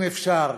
ואם אפשר,